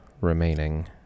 remaining